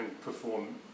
perform